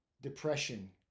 depression